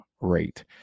rate